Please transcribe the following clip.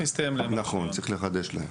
צריך לחדש להם.